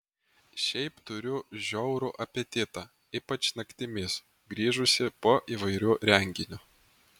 šiaip turiu žiaurų apetitą ypač naktimis grįžusi po įvairių renginių